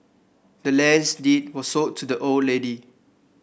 the land's deed was sold to the old lady